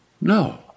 No